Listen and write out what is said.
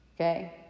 okay